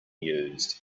used